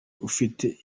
ufite